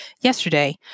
yesterday